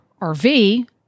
RV